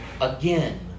Again